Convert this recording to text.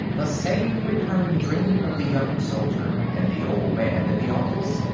the same recurring dream of the young soldier and the old man in the office.